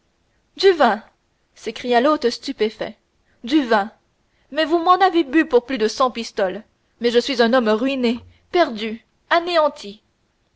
du vin s'écria l'hôte stupéfait du vin mais vous m'en avez bu pour plus de cent pistoles mais je suis un homme ruiné perdu anéanti